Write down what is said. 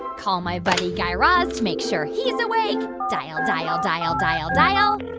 call my buddy guy raz to make sure he's awake. dial, dial, dial, dial, dial